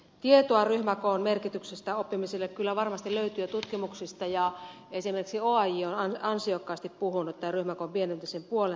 tietoa ryhmäkoon merkityksestä oppimiselle kyllä varmasti löytyy tutkimuksista ja esimerkiksi oaj on ansiokkaasti puhunut tämän ryhmäkoon pienentämisen puolesta